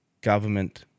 government